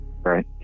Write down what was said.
Right